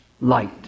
light